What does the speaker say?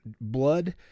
blood